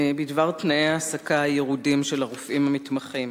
בדבר תנאי העסקה ירודים של הרופאים המתמחים,